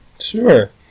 Sure